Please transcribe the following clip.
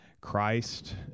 Christ